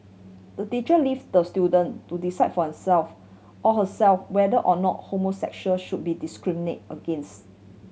the teacher leaves the student to decide for himself or herself whether or not homosexual should be discriminate against